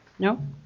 No